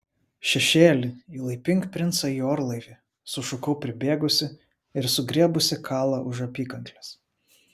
šešėli įlaipink princą į orlaivį sušukau pribėgusi ir sugriebusi kalą už apykaklės